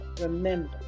remember